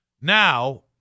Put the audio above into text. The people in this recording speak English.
Now